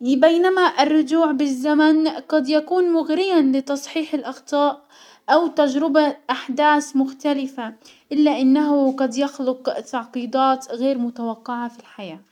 بينما الرجوع بالزمن قد يكون مغريا لتصحيح الاخطاء او تجربة احداس مختلفة، الا انه قد يخلق تعقيدات غير متوقعة في الحياة.